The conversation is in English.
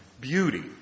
beauty